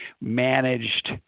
managed